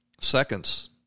seconds